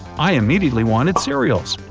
i immediately wanted cereals.